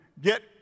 get